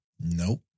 Nope